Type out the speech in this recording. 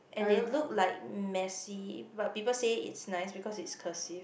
and they look like messy but people say it's nice because it's cursive